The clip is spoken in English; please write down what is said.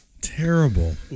Terrible